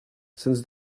since